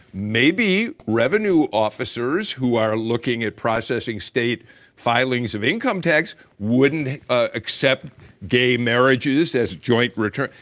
maybe revenue officers who are looking at processing state files of income tax wouldn't ah accept gay marriages as joint returns.